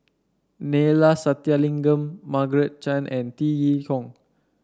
Neila Sathyalingam Margaret Chan and Tan Yee Hong